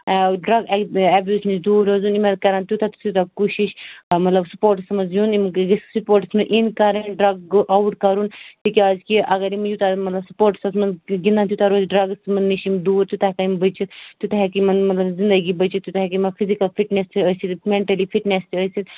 drug abuse نِش دوٗر روزُن یِم حظ کَرَن تیوٗتاہ تہٕ تیوٗتاہ کوٗشِش مطلب سٕپوٹسَن منٛز یُن یِم گٔژھۍ سٕپوٹٕس منٛز اِن کَرٕنۍ ڈرٛگ گوٚو آوُٹ کَرُن تِکیٛازکہِ اَگر یِم یوٗتاہ مطلب سٕپوٹسَس منٛز گِنٛدَن تیوٗتاہ روزِ ڈرٛگٕس یِمَن نِش یِم دوٗر تیوٗتاہ ہٮ۪کَن یِم بٔچِتھ تیوٗتاہ ہٮ۪کہِ یِمَن مطلب زنٛدگی بٔچِتھ تیوٗتاہ ہٮ۪کہِ یِمَن فِزِکَل فِٹنٮ۪س تہِ ٲسِتھ مٮ۪نٹٔلی فِٹنٮ۪س تہِ ٲسِتھ